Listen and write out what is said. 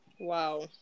Wow